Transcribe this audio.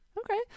Okay